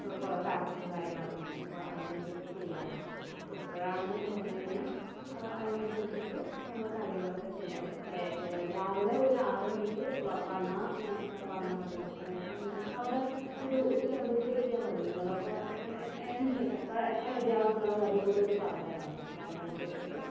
കുറേ പാക്കിങ്ങും കാര്യങ്ങളൊക്കെ ഉണ്ട് അപ്പോൾ അതിനനുസരിച്ച് ചെയ്യാനാണ് അപ്പം എപ്പോഴാണെന്ന് പറഞ്ഞ് കഴിഞ്ഞാൽ അതിനനുസരിച്ചിട്ട് ഞങ്ങൾ കാര്യങ്ങളൊക്കെ ചെയ്യാം രാവിലെ ഒരാറ് മണിക്ക് വ വന്നാൽ ഞങ്ങൾ വന്നാൽ മതി നമുക്ക് നമുക്കവിടെ ഒരു ഉച്ചയാകുമ്പോഴേക്ക് എത്തിയാൽ മതി നിങ്ങൾ അപ്പം അതിനനുസരിച്ച് എപ്പം എപ്പം റെഡി ആവണം എന്നുള്ള കാര്യം കൂടി ഒന്ന് പറഞ്ഞ് തരണം എന്നാൽ പിന്നെ അതിനനുസരിച്ചിട്ട്